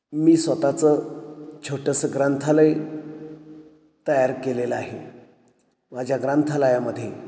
मी स्वतःचं छोटंसं ग्रंथालय तयार केलेलं आहे माझ्या ग्रंथालयामध्ये